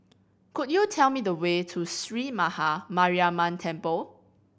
could you tell me the way to Sree Maha Mariamman Temple